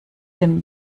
dem